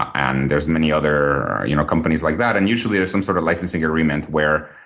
and there's many other you know companies like that. and usually there's some sort of licensing agreement where